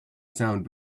sound